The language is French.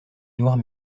noirs